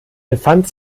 befand